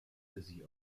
sie